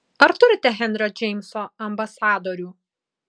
ar turite henrio džeimso ambasadorių